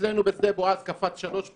אצלנו בשדה בועז קפץ שלוש פעמים.